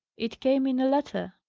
it came in a letter.